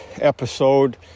episode